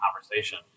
conversation